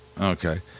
okay